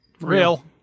Real